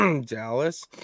Dallas